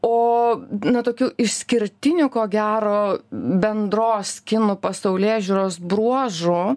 o na tokių išskirtiniu ko gero bendros kinų pasaulėžiūros bruožu